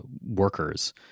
workers